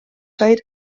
said